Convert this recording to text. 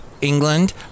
England